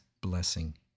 blessing